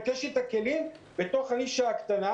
יש לי את הכלים בתוך הנישה הקטנה.